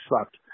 sucked